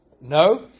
No